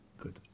Good